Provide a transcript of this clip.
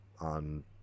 on